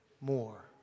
more